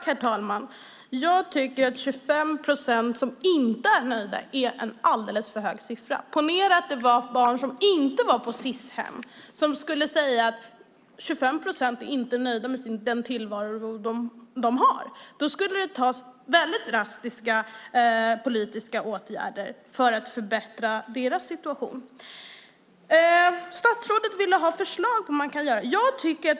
Herr talman! Jag tycker att 25 procent som inte är nöjda är alldeles för mycket. Ponera att det var barn som inte var på Sis-hem och att 25 procent skulle säga att de inte var nöjda med den tillvaro de har. Då skulle det vidtas drastiska politiska åtgärder för att förbättra deras situation. Statsrådet ville ha förslag på vad man kan göra.